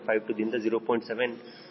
52 0